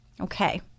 Okay